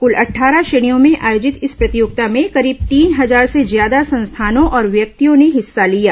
कुल अट्ठारह श्रेणियों में आयोजित इस प्रतियोगिता में करीब तीन हजार से ज्यादा संस्थाओं और व्यक्तियों ने हिस्सा लिया